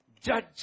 Judge